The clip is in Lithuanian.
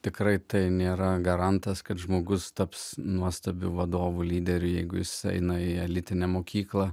tikrai tai nėra garantas kad žmogus taps nuostabiu vadovų lyderiu jeigu jis eina į elitinę mokyklą